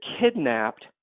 kidnapped